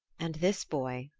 and this boy,